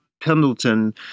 Pendleton